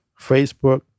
Facebook